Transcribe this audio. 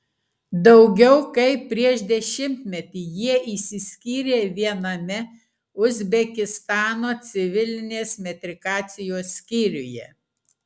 daugiau kaip prieš dešimtmetį jie išsiskyrė viename uzbekistano civilinės metrikacijos skyriuje